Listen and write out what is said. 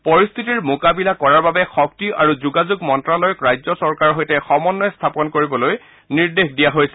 পৰিস্থিতিৰ মোকাবিলা কৰাৰ বাবে শক্তি আৰু যোগাযোগ মন্ত্ৰালয়ক ৰাজ্য চৰকাৰৰ সৈতে সমন্বয় স্থাপন কৰিবৰ কাৰণে নিৰ্দেশ দিয়া হৈছে